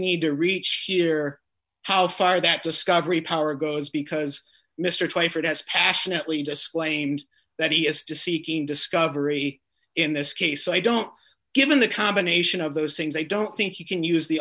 need to reach here how far that discovery power goes because mr twyford has passionately disclaimed that he has to seeking discovery in this case i don't given the combination of those things i don't if you can use the